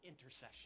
intercession